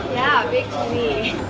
yeah a